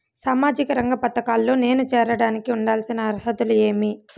సామాజిక రంగ పథకాల్లో నేను చేరడానికి ఉండాల్సిన అర్హతలు ఏమి?